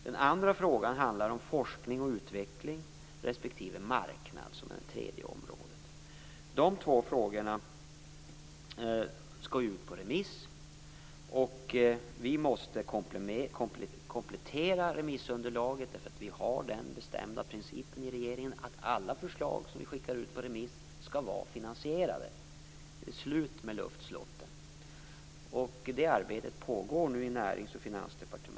Den andra frågan handlar om forskning och utveckling respektive marknad, som är det tredje området. Dessa frågor skall ut på remiss. Vi måste komplettera remissunderlaget eftersom vi har den bestämda principen i regeringen att alla förslag som vi skickar ut på remiss skall vara finansierade. Det är slut med luftslotten. Det arbetet pågår nu i Näringsdepartementet och Finansdepartementet.